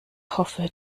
hoffe